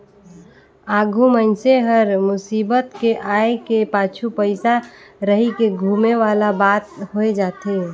आघु मइनसे हर मुसीबत के आय के पाछू पइसा रहिके धुमे वाला बात होए जाथे